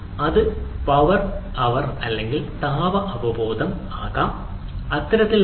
അത് power aware അല്ലെങ്കിൽ താപ അവബോധം ആകാം കാര്യങ്ങൾ നോക്കുന്നു